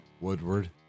Woodward